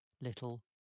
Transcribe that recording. little